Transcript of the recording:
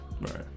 right